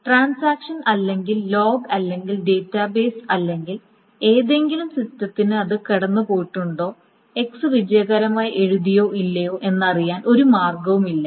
transaction അല്ലെങ്കിൽ log അല്ലെങ്കിൽ database അല്ലെങ്കിൽ ഏതെങ്കിലും സിസ്റ്റത്തിന് അത് കടന്നുപോയിട്ടുണ്ടോ x വിജയകരമായി എഴുതിയോ ഇല്ലയോ എന്ന് അറിയാൻ ഒരു മാർഗവുമില്ല